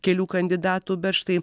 kelių kandidatų bet štai